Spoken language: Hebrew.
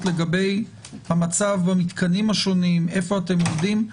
לגבי המצב במתקנים השונים איפה אתם עומדים.